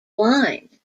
blind